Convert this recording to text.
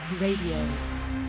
Radio